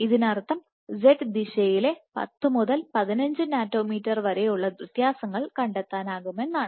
ഇതിനർത്ഥം z ദിശയിലെ 10 മുതൽ 15 നാനോമീറ്ററുകൾ വരെയുള്ള വ്യത്യാസങ്ങൾ കണ്ടെത്താനാകുമെന്നാണ്